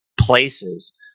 places